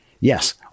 Yes